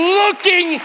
looking